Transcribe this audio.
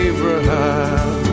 Abraham